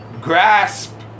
grasp